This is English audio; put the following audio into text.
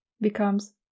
becomes